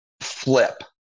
flip